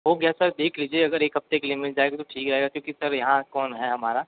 हो गया सर देख लीजिए अगर एक हफ्ते के लिए मिल जाएगी तो ठीक रहेगा क्योंकि सर यहाँ कौन है हमारा